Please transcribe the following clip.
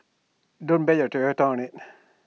don't bet your Toyota on IT